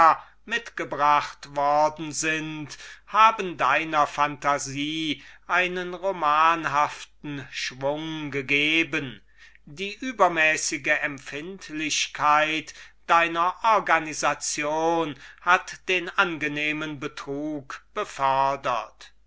hause gebracht haben deiner phantasie einen romanhaften schwung gegeben die übermäßige empfindlichkeit deiner organisation hat den angenehmen betrug